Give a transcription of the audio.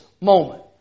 moment